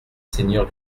seigneur